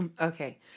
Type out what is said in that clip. Okay